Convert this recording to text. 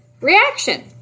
reaction